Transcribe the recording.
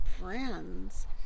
friends